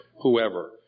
whoever